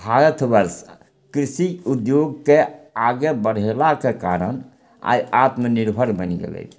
भारतवर्ष कृषि उद्योगके आगे बढ़ेलाके कारण आइ आत्मनिर्भर बनि गेलय